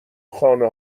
خانه